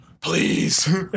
please